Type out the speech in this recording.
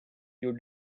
you